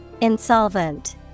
Insolvent